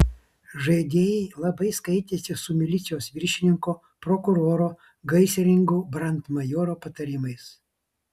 žaidėjai labai skaitėsi su milicijos viršininko prokuroro gaisrininkų brandmajoro patarimais